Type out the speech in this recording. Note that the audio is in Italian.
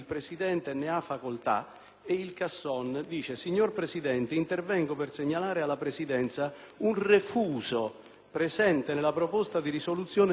presente nella proposta di risoluzione n. 4. Laddove si parla delle circoscrizioni giudiziarie, al posto delle parole «sopprimendo i»